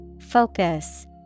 Focus